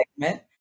segment